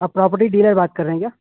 آپ property dealer بات کر رہے ہیں کیا